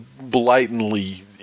blatantly